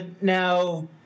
Now